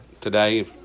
today